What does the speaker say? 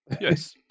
Yes